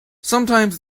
sometimes